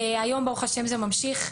היום, ברוך השם, זה ממשיך.